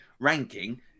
ranking